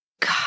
God